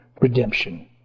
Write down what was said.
redemption